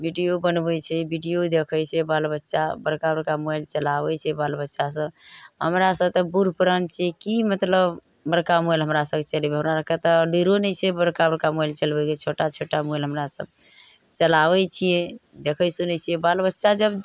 video बनबै छै video देखै छै बाल बच्चा बड़का बड़का मोबाइल चलाबै छै बाल बच्चा सब हमरा सब तऽ बुढ़ पुरान छियै की मतलब बड़का मोबाइल हमरा सब चलेबै हमरा आरके तऽ लुइरो नहि छै बड़का बड़का मोबाइल चलबैके छोटा छोटा मोबाइल हमरा सब चलाबै छियै देखै सुनै छियै बाल बच्चा जब